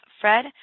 Fred